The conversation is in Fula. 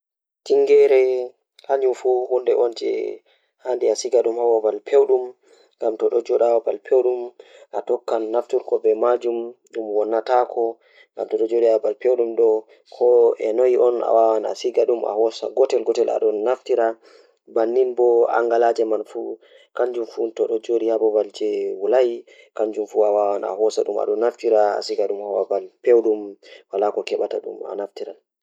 Ndeen, foti yi'ii nyaami e siwtiiɓe e lewle soowdi e tefnude haako ko laawol. Kono jooɗi nyaami e pottal huutore, haraande haako ndaari. Nyaami e siwtiiɓe foti tiiɗude soowdi moƴƴi. Siwtiiɓe ɗi naatataa e baɗte ɓernde, so foti jogi siwtiiɓe e laawol, sahan ka bonni.